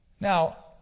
Now